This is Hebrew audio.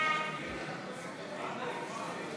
1 3,